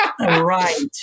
Right